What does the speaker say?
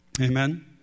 Amen